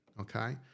Okay